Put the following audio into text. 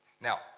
Now